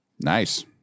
Nice